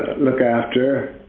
look after,